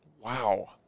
Wow